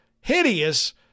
hideous